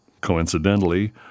Coincidentally